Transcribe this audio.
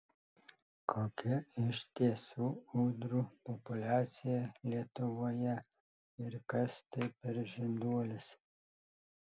kokia iš tiesų ūdrų populiacija lietuvoje ir kas tai per žinduolis